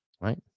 right